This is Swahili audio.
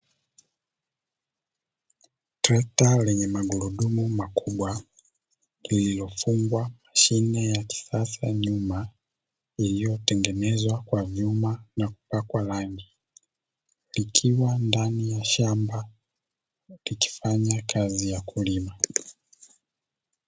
Trekta yenye magurudumu makubwa iliyofungwa mashine ya kisasa nyuma, lililotengenezwa kwa vyuma na kupakwa rangi ikiwa ndani ya shamba ikifanya kazi ya kulima.